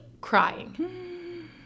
crying